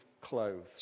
clothes